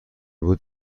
بود